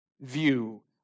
view